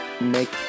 make